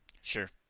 Sure